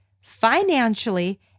financially